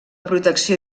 protecció